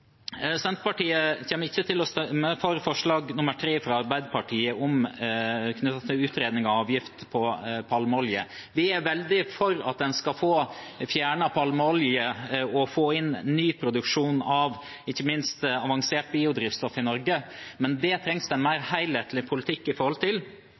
Senterpartiet kommer ikke til å stemme for forslag nr. 3, fra Arbeiderpartiet, knyttet til utredning av avgift på palmeolje. Vi er veldig for at en skal få fjernet palmeolje og få inn ny produksjon av ikke minst avansert biodrivstoff i Norge, men til det trengs det en